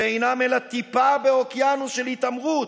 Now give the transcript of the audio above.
שאינם אלא טיפה באוקיינוס של התעמרות,